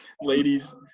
ladies